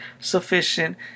sufficient